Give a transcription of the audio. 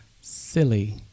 silly